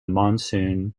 monsoon